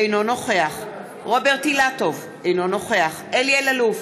אינו נוכח רוברט אילטוב, אינו נוכח אלי אלאלוף,